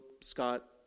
Scott